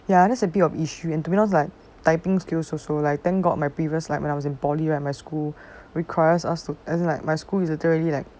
ya there's a bit of issue and to be honest like typing skills also like thank god got my previous like when I was in poly right my school requires us to as in like my school is literally like